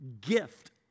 gift